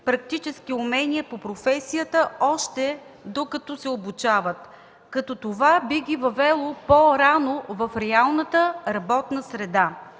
практически умения по професията, още докато се обучават, като това би ги въвело по-рано в реалната работна среда.